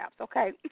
okay